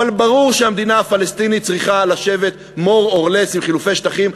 אבל ברור שהמדינה הפלסטינית צריכה לשבת more or less עם חילופי שטחים,